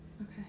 Okay